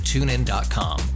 TuneIn.com